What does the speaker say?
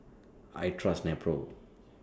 I Trust Nepro